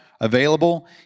available